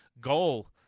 goal